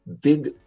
big